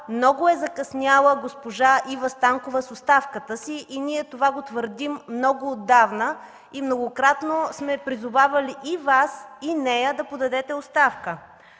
много е закъсняла госпожа Ива Станкова с оставката си. Ние това го твърдим много отдавна. Многократно сме призовавали и Вас, и нея да подадете оставка.